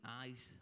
eyes